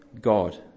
God